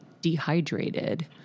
dehydrated